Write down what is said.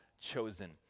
chosen